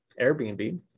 Airbnb